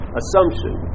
assumption